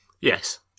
Yes